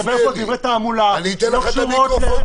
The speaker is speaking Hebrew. מגבילים את הציבור בתנאים מאוד מאוד לא פשוטים,